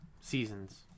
seasons